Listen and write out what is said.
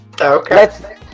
Okay